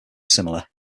similar